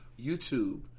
YouTube